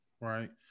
Right